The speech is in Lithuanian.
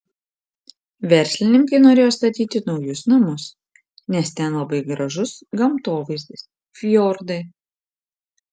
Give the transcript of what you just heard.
verslininkai norėjo statyti naujus namus nes ten labai gražus gamtovaizdis fjordai